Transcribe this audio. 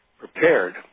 Prepared